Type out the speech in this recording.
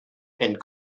and